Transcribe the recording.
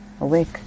awake